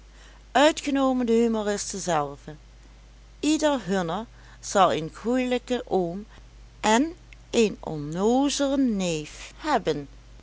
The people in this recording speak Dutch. uitgenomen de humoristen zelve ieder hunner zal een goelijken oom en een onnoozelen neef hebben